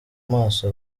maso